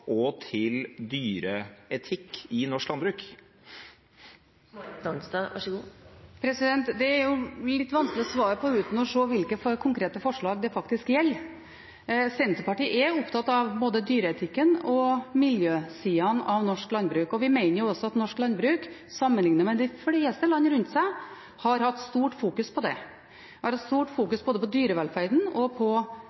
og til dyreetikk i norsk landbruk? Det er det jo litt vanskelig å svare på uten å se hvilke konkrete forslag det faktisk gjelder. Senterpartiet er opptatt av både dyreetikken og miljøsidene av norsk landbruk, og vi mener jo også at norsk landbruk, sammenliknet med landbruket i de fleste land rundt oss, har hatt stort fokus på det. Det har vært et stort fokus både på dyrevelferden og på